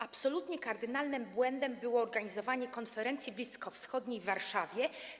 Absolutnie kardynalnym błędem było zorganizowanie konferencji bliskowschodniej w Warszawie.